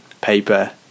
paper